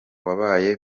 wabaye